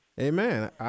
Amen